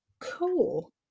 Cool